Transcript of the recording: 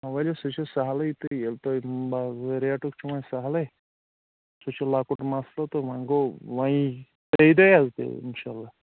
ؤلِو سُہ چھُ سَہلٕے تہٕ ییٚلہِ تۄہہِ مان ژٕ ریٹُک چھُ وۄنۍ سَہلٕے سُہ چھُ لۄکُٹ مَسلہٕ تہٕ وۄنۍ گوٚو وۄنۍ ترٛیٚیہِ دۄہہِ حظ تیٚلہِ اِنشاء اللہ